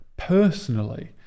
personally